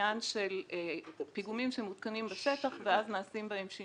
פיגומים שמותקנים בשטח ואז נעשים בהם שינויים,